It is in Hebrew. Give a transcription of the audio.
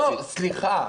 לא, סליחה.